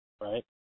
Right